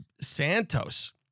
Santos